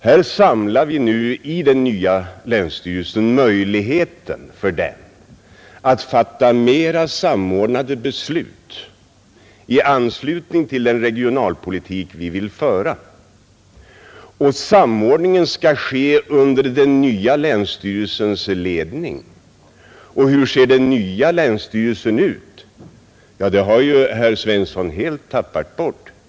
Här samlar vi nu i den nya länsstyrelsen möjligheter att fatta mera samordnade beslut i anslutning till den regionalpolitik vi vill föra, och samordningen skall ske under den nya länsstyrelsens ledning. Och hur ser den nya länsstyrelsen ut? Ja, det har ju herr Svensson helt tappat bort.